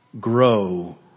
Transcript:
grow